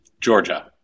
Georgia